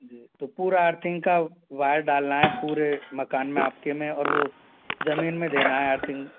जी तो पूरा अर्थिंग का वायर डालना है पूरे मकान में आपके में और वो जमीन में देना है अर्थिंग